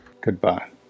Goodbye